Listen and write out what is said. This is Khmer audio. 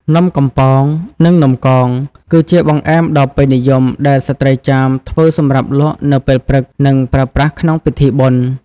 នំកំប៉ោង និងនំកង គឺជាបង្អែមដ៏ពេញនិយមដែលស្ត្រីចាមធ្វើសម្រាប់លក់នៅពេលព្រឹក និងប្រើប្រាស់ក្នុងពិធីបុណ្យ។